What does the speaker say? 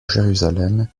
jérusalem